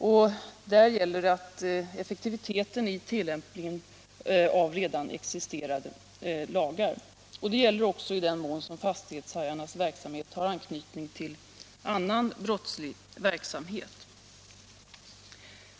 Där är det väsentliga att få effektivitet i tillämpningen av redan existerande lagar. Det gäller också i den mån fastighetshajarnas verksamhet har anknytning till annan brottslig verksamhet.